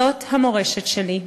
זאת המורשת שלי.